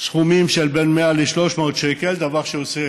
סכומים של בין 100 ל-300 שקל, דבר שעושה